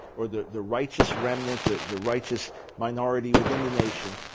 or the the righteous remnant, the the righteous minority within the nation.